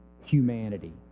humanity